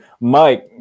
Mike